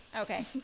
Okay